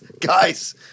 guys